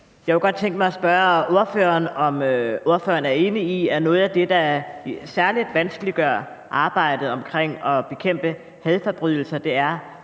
Jeg kunne godt tænke mig at spørge ordføreren, om ordføreren er enig i, at noget af det, der særlig vanskeliggør arbejdet med at bekæmpe hadforbrydelser, er